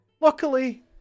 luckily